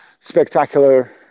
spectacular